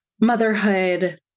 motherhood